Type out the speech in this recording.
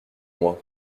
moi